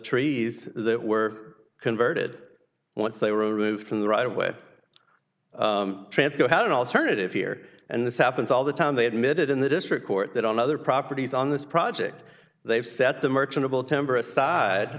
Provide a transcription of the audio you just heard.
trees that were converted once they were removed from the right away transco had an alternative here and this happens all the time they admitted in the district court that on other properties on this project they've set the merchantable temper aside